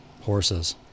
horses